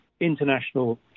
international